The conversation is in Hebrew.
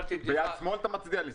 ביד שמאל אתה מצדיע לי?